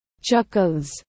chuckles